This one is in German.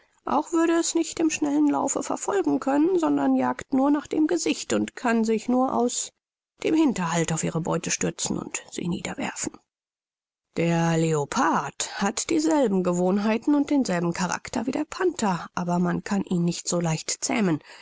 auch würde es nicht im schnellen laufe verfolgen können sondern jagt nur nach dem gesicht und kann sich nur aus dem hinterhalt auf ihre beute stürzen und sie niederwerfen der leopard hat dieselben gewohnheiten und denselben charakter wie der panther aber man kann ihn nicht so leicht zähmen